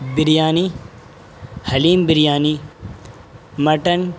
biryani haleem biryani mutton